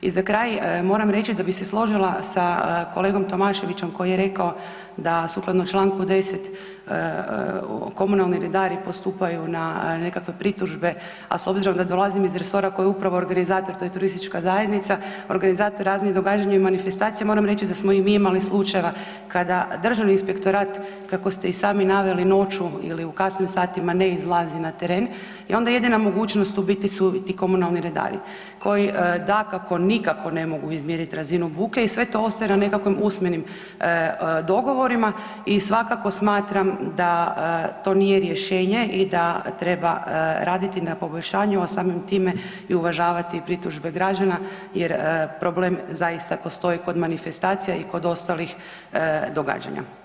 I za kraj moram reći da bih se složila sa kolegom Tomaševićem koji je rekao da sukladno Članku 10. komunalni redari postupaju na nekakve pritužbe, a s obzirom da dolazim iz resora koji je upravo organizator to je turistička zajednica, organizator raznih događanja i manifestacija moram reći da smo i mi imali slučajeva kada Državni inspektorat, kako ste i sami naveli noću ili u kasnim satima ne izlazi na teren i onda jedina mogućnost u biti su ti komunalni redari koji dakako nikako ne mogu izmjeriti razinu buke i sve to ostaje na nekakvim usmenim dogovorima i svakako smatram da to nije rješenje i da treba raditi i na poboljšanju, a samim time i uvažavati pritužbe građana jer problem zaista postoji kod manifestacija i kod ostalih događanja.